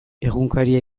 egunkaria